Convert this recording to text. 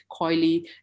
coily